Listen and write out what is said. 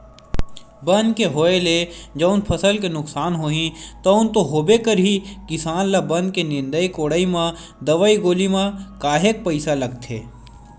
बन के होय ले जउन फसल के नुकसान होही तउन तो होबे करही किसान ल बन के निंदई कोड़ई म दवई गोली म काहेक पइसा लागथे